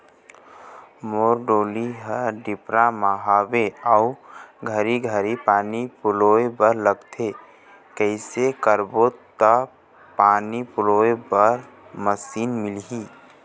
मोर डोली हर डिपरा म हावे अऊ घरी घरी पानी पलोए बर लगथे कैसे करबो त पानी पलोए बर मशीन मिलही?